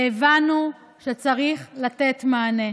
והבנו שצריך לתת מענה.